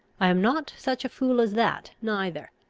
i am not such a fool as that neither.